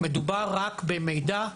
מדובר רק במידע,